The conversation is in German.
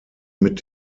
mit